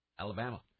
Alabama